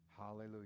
Hallelujah